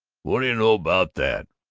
what do you know about that!